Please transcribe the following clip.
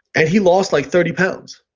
and he lost like thirty pounds.